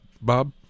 Bob